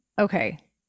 okay